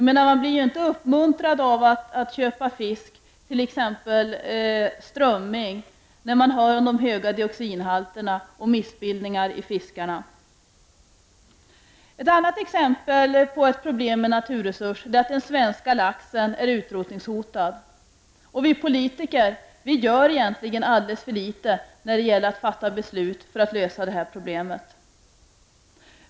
Man blir ju inte uppmuntrad till att köpa fisk, t.ex. strömming, när man hör om de höga dioxinhalterna och missbildningar hos fisken. Ett annat exempel på problem med naturresurser är att den svenska laxen är utrotningshotad. Vi politiker gör egentligen alldeles för litet när det gäller att fatta beslut för att lösa de här problemen.